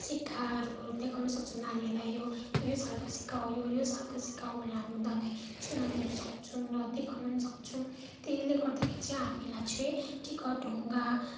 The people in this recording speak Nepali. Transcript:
सिक्काहरू देखाउन सक्छौँ नानीहरूलाई यो यो सालको सिक्का हो यो यो सालको सिक्का हो भनेर हामी उनीहरूलाई चिनाउन सक्छौँ र देखाउन पनि सक्छौँ त्यसले गर्दाखेरि हामीलाई चाहिँ टिकट ढुङ्गा